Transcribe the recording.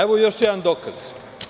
Evo još jedan dokaz.